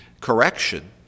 correction